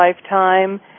lifetime